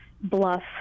bluff